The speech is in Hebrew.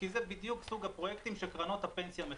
כי זה בדיוק סוג הפרויקטים שקרנות הפנסיה מחפשות.